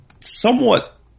somewhat